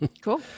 Cool